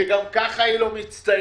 שגם ככה היא לא מצטיינת.